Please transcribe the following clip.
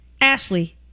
ashley